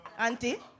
Auntie